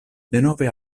denove